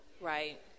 Right